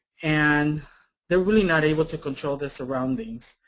and they're really not able to control their surroundings.